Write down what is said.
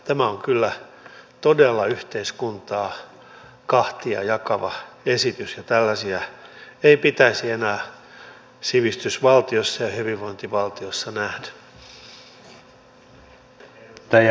tämä on kyllä todella yhteiskuntaa kahtia jakava esitys ja tällaisia ei pitäisi enää sivistysvaltiossa ja hyvinvointivaltiossa nähdä